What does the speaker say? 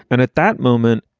and at that moment,